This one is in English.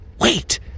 Wait